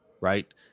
right